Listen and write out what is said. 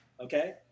okay